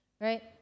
right